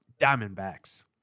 Diamondbacks